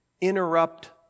interrupt